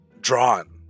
drawn